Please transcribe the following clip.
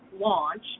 launch